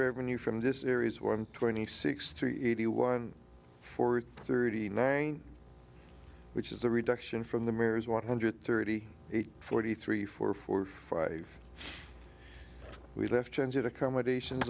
revenue from this areas one twenty six three eighty one four thirty nine which is the reduction from the mirrors one hundred thirty eight forty three for four or five we left change accommodations